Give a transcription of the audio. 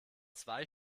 zwei